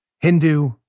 Hindu